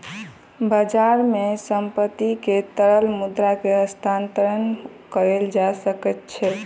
बजार मे संपत्ति के तरल मुद्रा मे हस्तांतरण कयल जा सकै छै